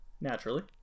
naturally